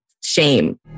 shame